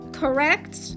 correct